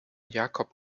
jakob